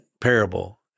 parable